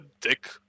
Dick